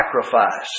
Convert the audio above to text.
sacrifice